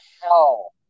hell